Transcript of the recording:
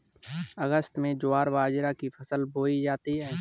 अगस्त में ज्वार बाजरा की फसल बोई जाती हैं